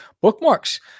bookmarks